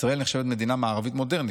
ישראל נחשבת מדינה מערבית מודרנית,